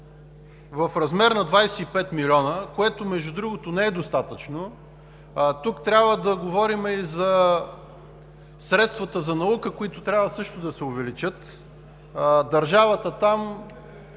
в размер на 25 млн. лв., което, между другото, не е достатъчно. Тук трябва да говорим и за средствата за наука, които трябва също да се увеличат. Държавата там